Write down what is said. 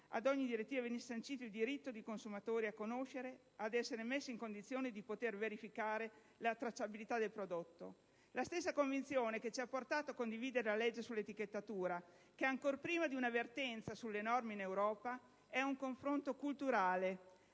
in ogni direttiva venisse sancito il diritto dei consumatori a conoscere e ad essere messi in condizione di poter verificare la tracciabilità del prodotto. Si tratta della stessa convinzione che ci ha portato a condividere la legge sull'etichettatura, che, ancor prima di una vertenza sulle norme in Europa, è un confronto culturale